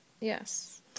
yes